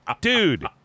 Dude